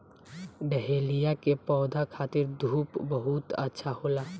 dahlia के पौधा खातिर धूप बहुत अच्छा होला